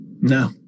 No